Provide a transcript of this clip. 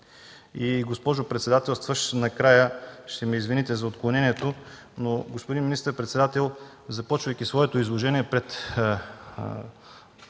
И, госпожо председател, накрая ще ме извините за отклонението, но, господин министър-председател, започвайки своето изложение пред